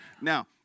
Now